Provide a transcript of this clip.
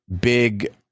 big